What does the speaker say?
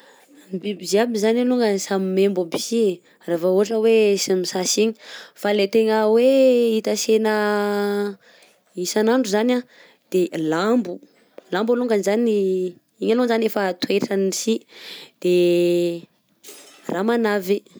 Ny biby ziaby zany alongany samy membo aby sy e raha vao ohatra hoe tsy misasa igny fa le tegna hoe hitantsena isan'andro zany a de lambo, lambo alongany zany igny alongany zany efa toetrany sy, de ramanavy.